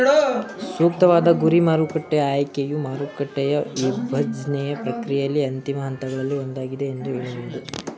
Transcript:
ಸೂಕ್ತವಾದ ಗುರಿ ಮಾರುಕಟ್ಟೆಯ ಆಯ್ಕೆಯು ಮಾರುಕಟ್ಟೆಯ ವಿಭಜ್ನೆಯ ಪ್ರಕ್ರಿಯೆಯಲ್ಲಿ ಅಂತಿಮ ಹಂತಗಳಲ್ಲಿ ಒಂದಾಗಿದೆ ಎಂದು ಹೇಳಬಹುದು